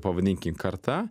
pavadinkim karta